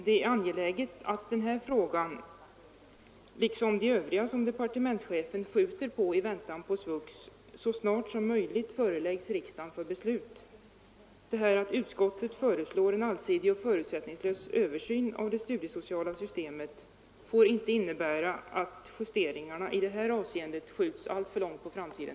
Det är angeläget att den här frågan, liksom de övriga frågor som departementschefen skjuter upp i väntan på SVUX, så snart som möjligt föreläggs riksdagen för beslut. Det förhållandet att utskottet föreslår en allsidig och förutsättningslös översyn av det studiesociala systemet får inte innebära att justeringarna i det här avseendet skjuts alltför långt på framtiden.